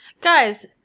guys